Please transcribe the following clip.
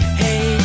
hey